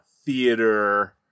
theater